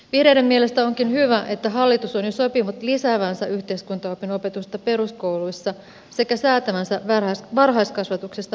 vihreiden mielestä onkin hyvä että hallitus on jo sopinut lisäävänsä yhteiskuntaopin opetusta peruskouluissa sekä säätävänsä varhaiskasvatuksesta pakollisen